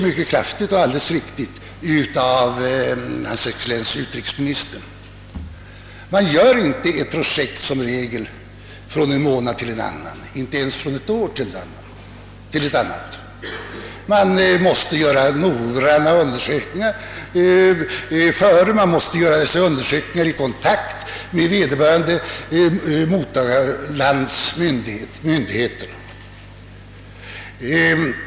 Man sätter som regel inte i gång ett u-landsprojekt från en månad till en annan, inte ens från ett år till ett annat. Man måste verkställa noggranna förberedande undersökningar i kontakt med vederbörande mottagarlands myndigheter.